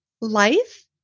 life